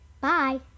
Bye